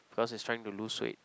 because he's trying to lose weight